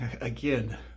Again